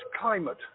climate